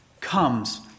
comes